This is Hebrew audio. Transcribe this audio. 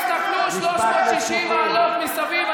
תסתכלו 360 מעלות מסביב.